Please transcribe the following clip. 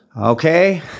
Okay